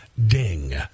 ding